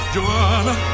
Joanna